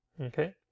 okay